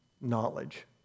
knowledge